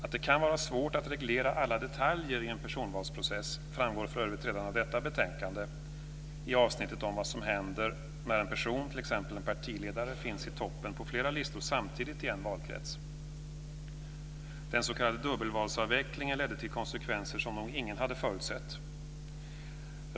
Att det kan vara svårt att reglera alla detaljer i en personvalsprocess framgår för övrigt redan av detta betänkande, i avsnittet om vad som händer när en person, t.ex. en partiledare, finns i toppen på flera listor samtidigt i en valkrets. Den s.k. dubbelvalsavvecklingen fick konsekvenser som nog ingen hade förutsett.